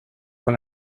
con